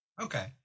Okay